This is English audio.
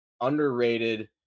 underrated